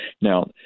Now